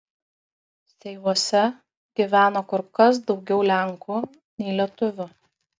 seivuose gyveno kur kas daugiau lenkų nei lietuvių